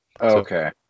Okay